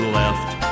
left